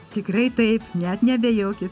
tikrai taip net neabejoki